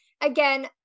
again